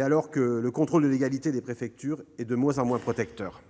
alors que le contrôle de légalité des préfectures est de moins en moins protecteur ?